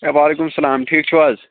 ہے وعلیکُم سلام ٹھیٖک چھِو حظ